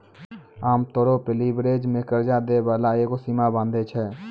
आमतौरो पे लीवरेज मे कर्जा दै बाला एगो सीमा बाँधै छै